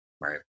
Right